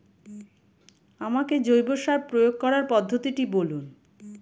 আমাকে জৈব সার প্রয়োগ করার পদ্ধতিটি বলুন?